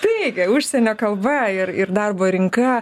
taigi užsienio kalba ir ir darbo rinka